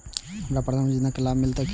हमरा प्रधानमंत्री योजना के लाभ मिलते की ने?